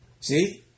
See